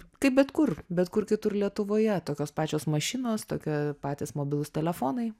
kaip bet kur bet kur kitur lietuvoje tokios pačios mašinos tokie patys mobilūs telefonai